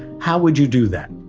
how would you do that?